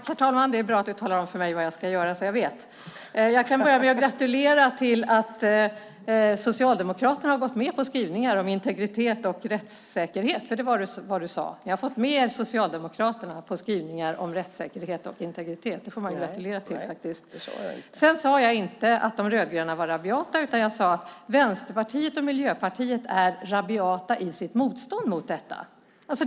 Herr talman! Det är bra att Lena Olsson talar om för mig vad jag ska göra så att jag vet det. Jag kan börja med att gratulera till att Socialdemokraterna har gått med på skrivningar om integritet och rättssäkerhet, för det var vad du sade. Ni har alltså fått med er Socialdemokraterna på skrivningar om detta. Det får man gratulera till. Jag sade inte att de rödgröna var rabiata, utan jag sade att Vänsterpartiet och Miljöpartiet är rabiata i sitt motstånd mot detta.